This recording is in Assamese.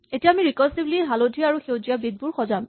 এতিয়া আমি ৰিকাৰছিভলী হালধীয়া আৰু সেউজীয়া বিট বোৰ সজাম